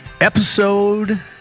episode